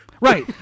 Right